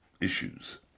issues